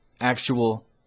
actual